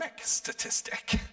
statistic